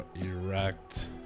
Erect